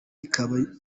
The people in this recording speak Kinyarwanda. ikaba